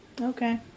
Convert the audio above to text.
Okay